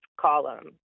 column